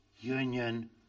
union